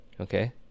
Okay